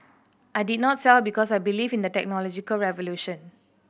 I did not sell because I believe in the technological revolution